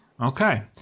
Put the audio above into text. Okay